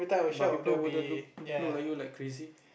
but people wouldn't look look like you like crazy